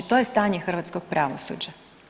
To je stanje hrvatskog pravosuđa.